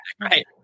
Right